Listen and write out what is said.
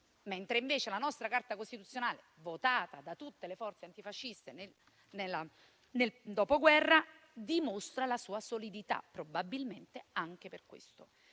limiti; invece la nostra Carta costituzionale, votata da tutte le forze antifasciste nel dopoguerra, dimostra la sua solidità, probabilmente anche per questo.